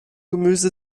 gemüse